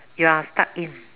you are stuck in